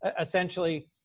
essentially